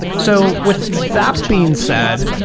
so with that being said,